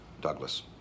Douglas